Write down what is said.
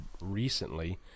recently